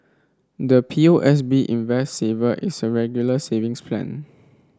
the P O S B Invest Saver is a Regular Savings Plan